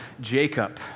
Jacob